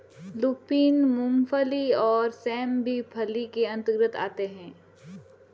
lupin, मूंगफली और सेम भी फली के अंतर्गत आते हैं